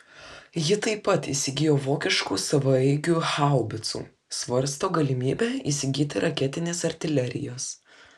ji taip pat įsigijo vokiškų savaeigių haubicų svarsto galimybę įsigyti raketinės artilerijos